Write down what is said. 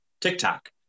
tiktok